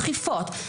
דחיפות.